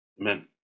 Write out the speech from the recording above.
amen